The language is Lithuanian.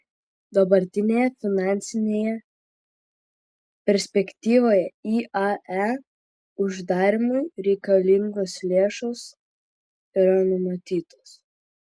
dabartinėje finansinėje perspektyvoje iae uždarymui reikalingos lėšos yra numatytos